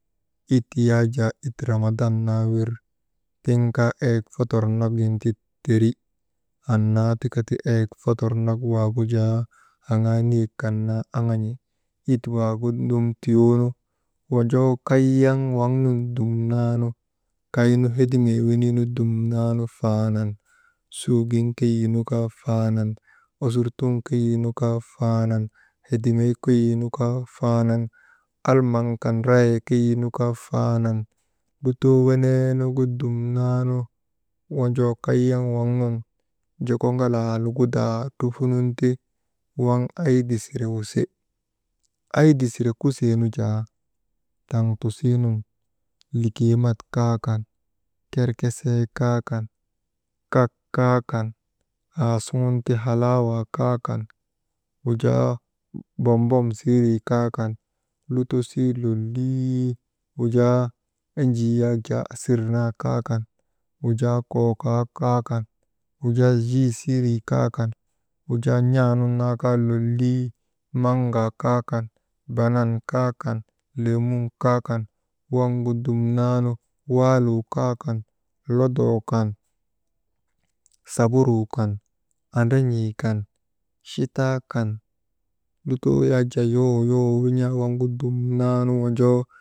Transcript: It yak ramadan naa wir tiŋ kaa eyek fotor nagin ti teri, annaa tikati eyek fotor nak waagu jaa niyek kan naa aŋan̰i. It waagu dum tiyoonu wojoo kayaŋ waŋ nun dumnaanu kaynu hedimee yeniinu dumnaanu faanan, sugin keyiinu kaa faanan, osurtun keyii nu kaa faanan, hedimey keyiinu kaa faanan, almaŋ kan rayee keyii nu kaa faanan, lutoo weneenugu dumnan wojoo kayaŋ waŋ nun joko ŋalaa lugudaa trufunun ti waŋ aydi sire wuse, aydi sire kusee nu jaa, taŋtusiinun likemat kaa kan, kerkesee kaa kan, kak kaa kan aasuŋunti halaawaa kaa kan, wujaa bombom siirii kaa kan, lutosii lollii wujaa ejii yak asir naa kaa kan, wujaa kokaa kaa kan, wujaa jii sirii kaakan, wujaa n̰aa nun naa kaa lollii: maŋaa kaa kan, banan kaa kan, leemun kaakan, waŋgu dumnaanu, waaluu kaa kan, lodoo kan, saburuu kan, andran̰ii kan, chitaa kan, lutoo yak jaa yowoo yowoo min̰aa waŋgu duman wojoo.